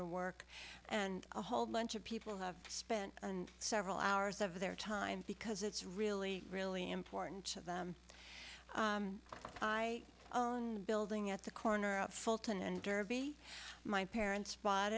to work and a whole bunch of people have spent several hours of their time because it's really really important to them i building at the corner of fulton and derby my parents bought